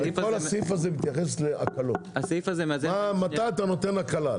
כל הסעיף הזה מתייחס להקלות, מתי אתה נותן הקלה.